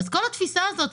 כל התפיסה הזאת,